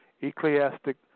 ecclesiastic